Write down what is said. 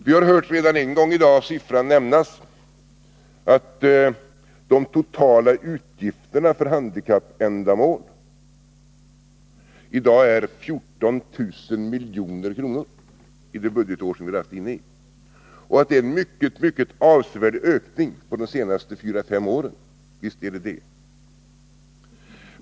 Vi har hört redan en gång i dag nämnas att de totala utgifterna för handikappändamål är 14 000 milj.kr. under det budgetår som vi är inne i och att det har varit en mycket avsevärd ökning på de senaste fyra fem åren. Visst är det så.